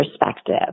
perspective